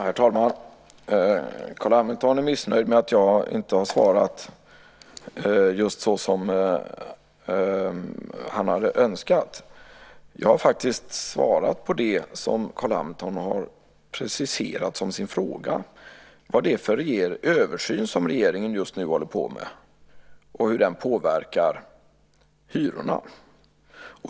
Herr talman! Carl Hamilton är missnöjd med att jag inte har svarat just så som han hade önskat. Jag har faktiskt svarat på det som Carl Hamilton har preciserat som sin fråga - vad det är för översyn som regeringen just nu håller på med och hur den påverkar hyrorna.